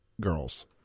girls